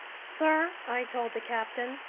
sir, i told the captain,